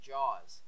Jaws